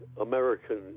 American